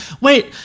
Wait